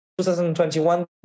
2021